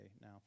now